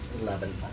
eleven